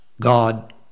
God